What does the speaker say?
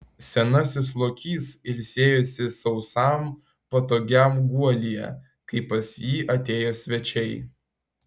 senasis lokys ilsėjosi sausam patogiam guolyje kai pas jį atėjo svečiai